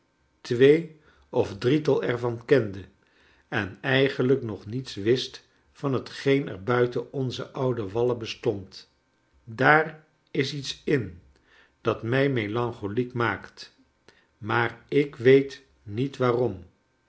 twee of drietal er van kende en eigenlijk nog niets wist van hetgeen er buiten onze oude wallen bestond daar is iets in dat mij melancholiek maakt maar ik weet niet waarom